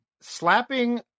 Slapping